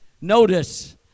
Notice